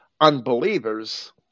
unbelievers